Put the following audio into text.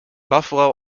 buffalo